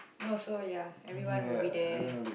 no so ya everyone will be there